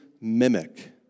mimic